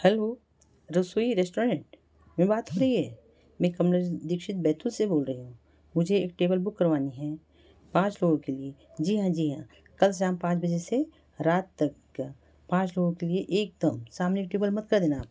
hello Rasoi restaurant में बात हो रही है मैं कमलेश दीक्षित बैतूल से बोल रही हूँ मुझे एक टेबल बुक करवानी है पाँच लोगों के लिए जी हाँ जी हाँ कल शाम पाँच बजे से रात तक का पाँच लोगों के लिए एक दम सामने का टेबल कर देना